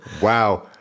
wow